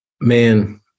Man